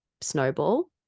snowball